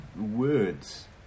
words